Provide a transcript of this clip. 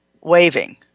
waving